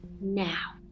now